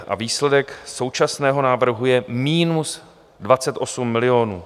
A výsledek současného návrhu je minus 28 milionů.